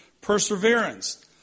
perseverance